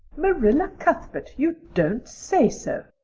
marilla cuthbert, you don't say so!